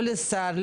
לא לשר,